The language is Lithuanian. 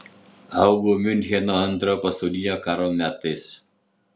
augau miunchene antrojo pasaulinio karo metais